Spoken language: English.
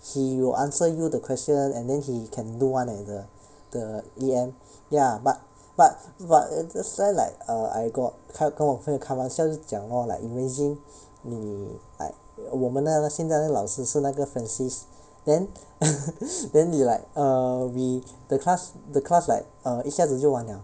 he will answer you the question and then he can do [one] leh the the E_M ya but but but that's why like err I got 开跟我朋友开玩笑就讲 lor like imagine 你 like 我们那个现在那个老师是那个 francis then then we like err we the class the class like err 一下子就完了